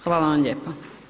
Hvala vam lijepa.